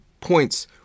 points